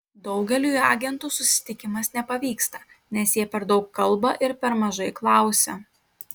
daugeliui agentų susitikimas nepavyksta nes jie per daug kalba ir per mažai klausia